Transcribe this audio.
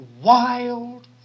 wild